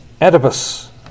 Oedipus